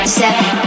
seven